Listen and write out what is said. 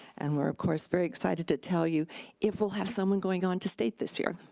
and we're of course very excited to tell you if we'll have someone going on to state this year.